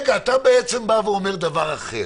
אתה אומר בעצם דבר אחר: